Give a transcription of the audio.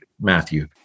Matthew